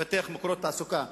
לפתח מקורות תעסוקה.